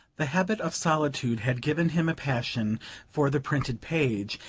the habit of solitude had given him a passion for the printed page,